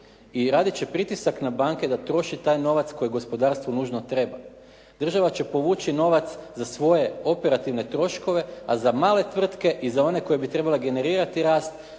i radit će pritisak na banke da troše taj novac koji gospodarstvo nužno treba. Država će povući novac za svoje operativne troškove a za male tvrtke i za one koje bi trebala generirati rast